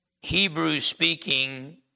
Hebrew-speaking